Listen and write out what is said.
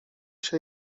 się